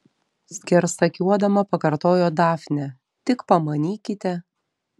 skersakiuodama pakartojo dafnė tik pamanykite